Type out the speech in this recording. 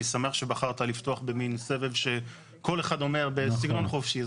אני שמח שבחרת לפתוח במן סבב שכל אחד אומר בסגנון חופשי.